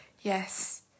yes